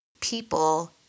people